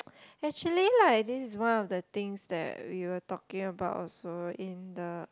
actually like this is one of the things that we were talking about also in the